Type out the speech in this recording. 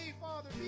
Father